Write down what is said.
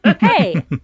hey